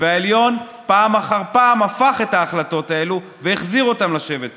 והעליון פעם אחר פעם הפך את ההחלטות האלה והחזיר אותם לשבת פה.